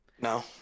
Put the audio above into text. No